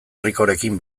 ricorekin